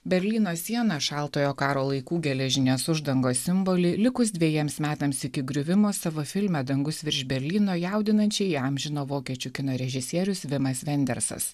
berlyno sieną šaltojo karo laikų geležinės uždangos simbolį likus dvejiems metams iki griuvimo savo filme dangus virš berlyno jaudinančiai įamžino vokiečių kino režisierius vimas vendersas